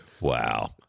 Wow